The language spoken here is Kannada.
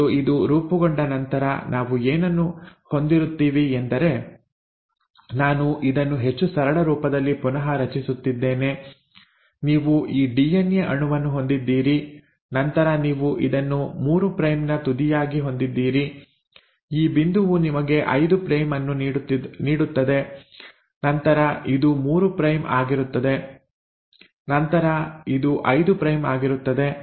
ಮತ್ತು ಇದು ರೂಪುಗೊಂಡ ನಂತರ ನಾವು ಏನನ್ನು ಹೊಂದಿರುತ್ತೀವಿ ಎಂದರೆ ನಾನು ಇದನ್ನು ಹೆಚ್ಚು ಸರಳ ರೂಪದಲ್ಲಿ ಪುನಃ ರಚಿಸುತ್ತಿದ್ದೇನೆ ನೀವು ಈ ಡಿಎನ್ಎ ಅಣುವನ್ನು ಹೊಂದಿದ್ದೀರಿ ನಂತರ ನೀವು ಇದನ್ನು 3 ಪ್ರೈಮ್ ನ ತುದಿಯಾಗಿ ಹೊಂದಿದ್ದೀರಿ ಈ ಬಿಂದುವು ನಿಮಗೆ 5 ಪ್ರೈಮ್ ಅನ್ನು ನೀಡುತ್ತದೆ ನಂತರ ಇದು 3 ಪ್ರೈಮ್ ಆಗಿರುತ್ತದೆ ನಂತರ ಇದು 5 ಪ್ರೈಮ್ ಆಗಿರುತ್ತದೆ